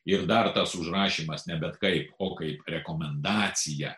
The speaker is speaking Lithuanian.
ir dar tas užrašymas ne bet kaip o kaip rekomendacija